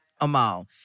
Amal